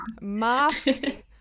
Masked